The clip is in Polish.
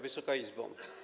Wysoka Izbo!